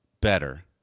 better